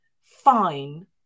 fine